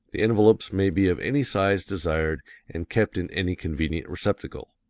the envelopes may be of any size desired and kept in any convenient receptacle.